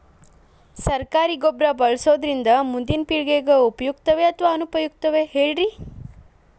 ಸರಕಾರಿ ಗೊಬ್ಬರ ಬಳಸುವುದರಿಂದ ಮುಂದಿನ ಪೇಳಿಗೆಗೆ ಉಪಯುಕ್ತವೇ ಅಥವಾ ಅನುಪಯುಕ್ತವೇ ಹೇಳಿರಿ